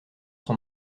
son